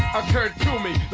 occurred to me